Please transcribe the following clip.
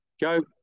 go